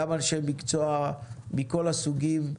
גם אנשי מקצוע מכל הסוגים,